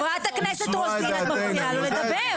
חברת הכנסת רוזין, את מפריעה לו לדבר.